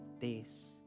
days